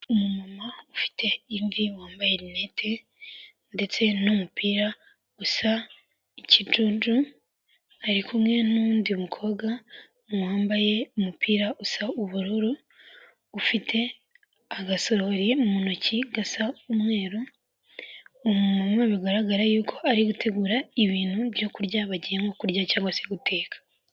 Umumama ufite imvi wambaye rinete ndetse n'umupira usa ikijuju, ari kumwe n'undi mukobwa wambaye umupira usa ubururu ufite agasorori mu ntoki gasa umweru, umumama bigaragare yuko ari gutegura ibintu byo kurya bagiye nko kurya cyangwa se guteka.